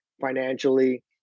financially